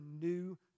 new